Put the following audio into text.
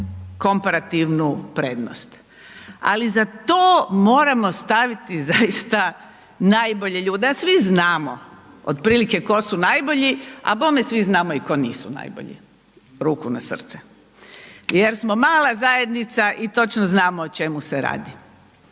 komparativnu prednost, ali za to moramo staviti zaista najbolje ljude. A svi znamo otprilike tko su najbolji, a bome svi znamo i tko nisu najbolji, ruku na srce, jer smo mala zajednica i točno znamo o čemu se radi.